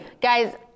guys